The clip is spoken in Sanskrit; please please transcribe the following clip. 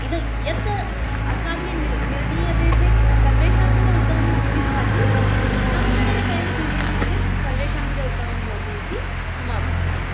इदं यत् अस्माभिः निर्णीयते चेत् सर्वेषां कृते उत्तमम् इति भाति तं निर्णयं वयं स्वीकुर्मः चेत् सर्वेषां कृते उत्तमं भवति इति मम अभिप्रायः